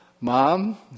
Mom